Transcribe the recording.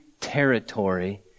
territory